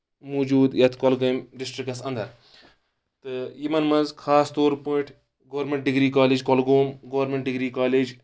موٗجوٗد یتھ کۄلگٲمۍ ڈِسٹرکس انٛدر تہٕ یِمن منٛز خاص طور پٲٹھۍ government degree college Kulgam government degree college